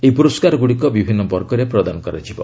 ଏହି ପୁରସ୍କାରଗୁଡ଼ିକ ବିଭିନ୍ନ ବର୍ଗରେ ପ୍ରଦାନ କରାଯିବ